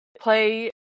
play